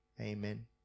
Amen